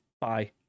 Bye